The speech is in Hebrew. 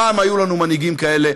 פעם היו לנו מנהיגים כאלה,